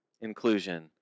inclusion